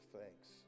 thanks